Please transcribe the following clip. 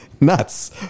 nuts